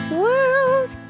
world